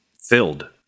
filled